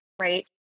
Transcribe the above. right